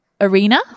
arena